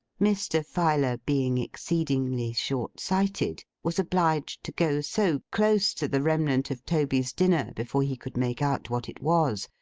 mr. filer being exceedingly short-sighted, was obliged to go so close to the remnant of toby's dinner before he could make out what it was,